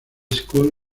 school